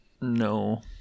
No